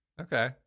Okay